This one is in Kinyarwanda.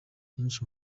nyinshi